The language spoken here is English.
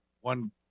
one